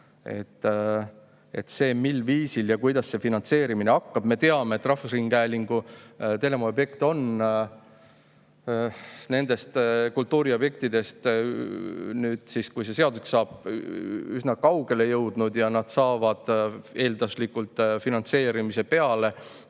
Mil viisil ja kuidas see finantseerimine [toimuma] hakkab? Me teame, et rahvusringhäälingu telemaja objekt on nendest kultuuriobjektidest siis, kui see seaduseks saab, üsna kaugele jõudnud ja see saab eelduslikult finantseerimise peale.